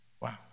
Wow